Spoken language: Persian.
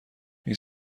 این